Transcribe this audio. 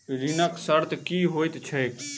ऋणक शर्त की होइत छैक?